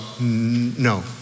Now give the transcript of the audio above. No